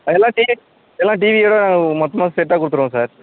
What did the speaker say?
எல்லாம் டி எல்லாம் டிவியோடு மொத்தமாக செட்டாக கொடுத்துருவோம் சார்